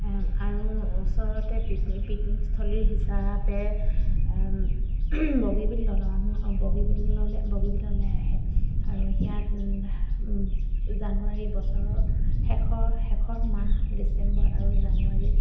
আৰু ওচৰতে picnic picnic স্থলীৰ হিচাপে বগীবিল দলং বগীবিললৈ বগীবিললৈ আহে আৰু ইয়াত জানুৱাৰী বছৰৰ শেষৰ শেষৰ মাহ ডিচেম্বৰ আৰু জানুৱাৰী